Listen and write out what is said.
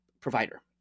provider